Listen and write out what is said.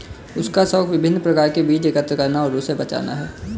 उसका शौक विभिन्न प्रकार के बीज एकत्र करना और उसे बचाना है